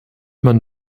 man